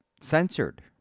censored